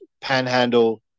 Panhandle